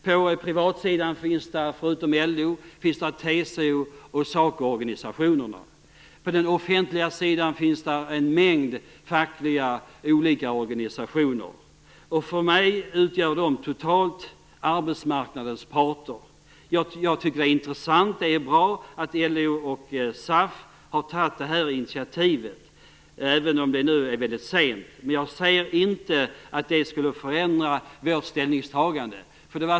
På den privata sidan finns, förutom LO, TCO och SACO-organisationerna, och på den offentliga sidan finns en mängd olika fackliga organisationer. Dessa sammantaget utgör för mig arbetsmarknadens parter. Det är intressant och bra att LO och SAF har tagit det här initiativet, även om det nu är väldigt sent, men jag ser inte att det skulle förändra vårt ställningstagande.